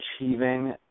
achieving